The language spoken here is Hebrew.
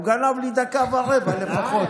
הוא גנב לי דקה ורבע לפחות.